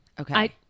okay